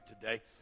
today